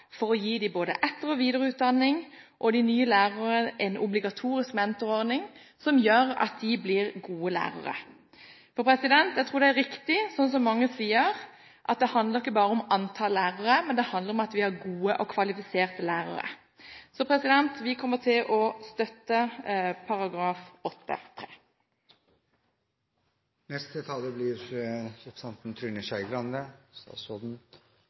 for å gi dem både etter- og videreutdanning, og gir de nye lærerne en obligatorisk mentorordning som gjør at de blir gode lærere. Jeg tror det er riktig, som mange sier, at det handler ikke bare om antallet lærere, men det handler om at vi har gode og kvalifiserte lærere. Så vi kommer til å støtte § 8-3. Da representanten